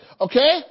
Okay